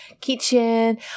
kitchen